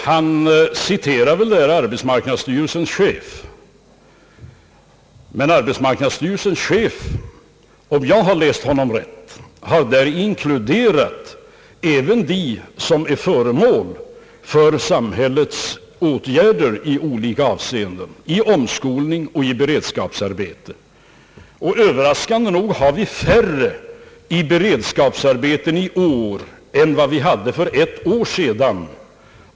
Han citerade arbetsmarknadsstyrelsens chef. Men =<arbetsmarknadsstyrelsens chef har — om jag har läst honom rätt — i denna siffra inkluderat även de människor som är föremål för samhällets åtgärder i olika avseenden, omskolning, beredskapsarbeten etc. Överraskande nog har vi i år färre i beredskapsarbeten än vi hade för ett år sedan.